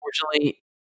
Unfortunately